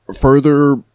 further